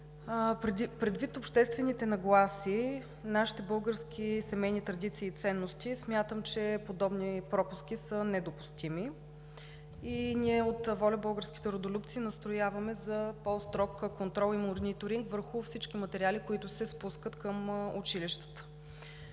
Предвид обществените нагласи, нашите български семейни традиции и ценности, смятам, че подобни пропуски са недопустими. Ние от „ВОЛЯ – Българските Родолюбци“ настояваме за по-строг контрол и мониторинг върху всички материали, които се спускат към училищата.